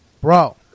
Bro